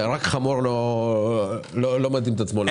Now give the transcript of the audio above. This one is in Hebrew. רק חמור לא מתאים את עצמו.